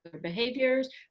behaviors